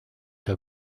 her